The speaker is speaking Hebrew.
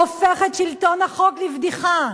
הוא הופך את שלטון החוק לבדיחה.